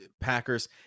Packers